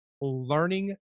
learning